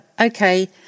okay